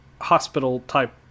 hospital-type